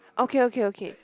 okay okay okay